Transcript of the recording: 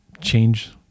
change